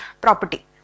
property